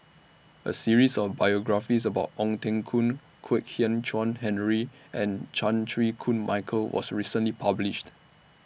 A series of biographies about Ong Teng Koon Kwek Hian Chuan Henry and Chan Chew Koon Michael was recently published